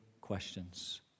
questions